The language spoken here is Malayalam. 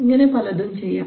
ഇങ്ങനെ പലതും ചെയ്യാം